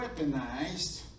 weaponized